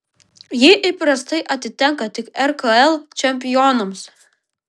ji įprastai atitenka tik rkl čempionams